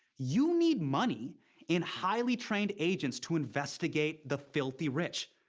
you need money and highly trained agents to investigate the filthy rich.